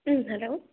ம் ஹலோ